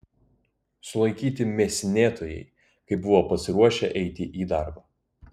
sulaikyti mėsinėtojai kai buvo pasiruošę eiti į darbą